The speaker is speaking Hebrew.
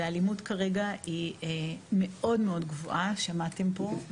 והאלימות כרגע היא מאוד מאוד גבוהה, שמעתם פה.